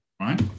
right